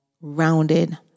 rounded